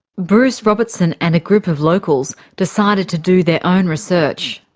bruce robertson and a group of locals decided to do their own research.